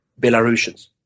Belarusians